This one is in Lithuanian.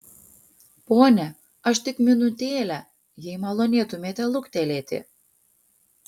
pone aš tik minutėlę jei malonėtumėte luktelėti